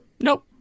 Nope